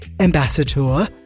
ambassador